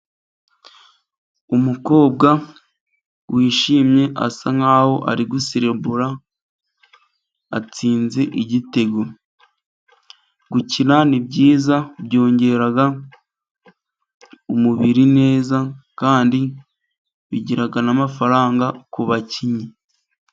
Umukobwa wishimye asa nkaho ari guserebura, atsinze igitego. Gukina ni byiza byongera umubiri neza, kandi bigira n'amafaranga ku bakinnyi.